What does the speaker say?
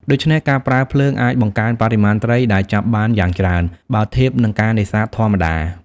ដូច្នេះ ការប្រើភ្លើងអាចបង្កើនបរិមាណត្រីដែលចាប់បានយ៉ាងច្រើន បើធៀបនឹងការនេសាទធម្មតា។